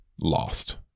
Lost